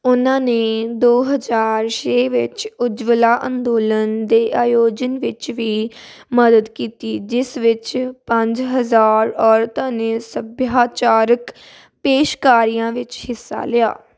ਉਨ੍ਹਾਂ ਨੇ ਦੋ ਹਜ਼ਾਰ ਛੇ ਵਿੱਚ ਉੱਜਵਲਾ ਅੰਦੋਲਨ ਦੇ ਆਯੋਜਨ ਵਿੱਚ ਵੀ ਮਦਦ ਕੀਤੀ ਜਿਸ ਵਿੱਚ ਪੰਜ ਹਜ਼ਾਰ ਔਰਤਾਂ ਨੇ ਸੱਭਿਆਚਾਰਕ ਪੇਸ਼ਕਾਰੀਆਂ ਵਿੱਚ ਹਿੱਸਾ ਲਿਆ